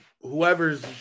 whoever's